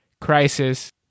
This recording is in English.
crisis